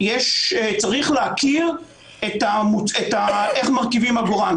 צריך להכיר איך מרכיבים עגורן.